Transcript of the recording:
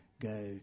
go